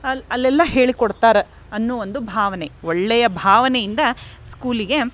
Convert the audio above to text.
ಅಲ್ಲಿ ಅಲ್ಲೆಲ್ಲಾ ಹೇಳಿ ಕೊಡ್ತಾರ ಅನ್ನು ಒಂದು ಭಾವನೆ ಒಳ್ಳೆಯ ಭಾವನೆಯಿಂದ ಸ್ಕೂಲಿಗೆ